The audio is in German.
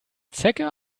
zecke